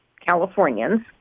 Californians